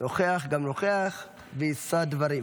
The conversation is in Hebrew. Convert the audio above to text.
נוכח גם נוכח ויישא דברים.